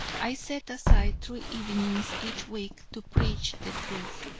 i set aside three evenings each week to preach the truth,